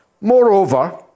Moreover